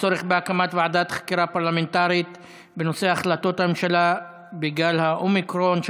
הצורך בהקמת ועדת חקירה פרלמנטרית בנושא החלטות הממשלה בגל האומיקרון,